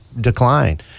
decline